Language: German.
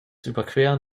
überqueren